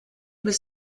was